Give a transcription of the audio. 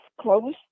close